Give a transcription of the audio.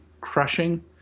crushing